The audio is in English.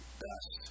best